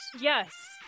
Yes